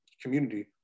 community